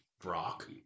Brock